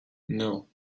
nul